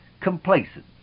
complacent